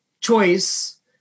choice